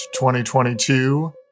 2022